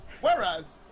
Whereas